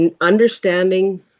understanding